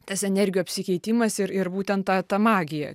tas energijų apsikeitimas ir ir būtent ta ta magija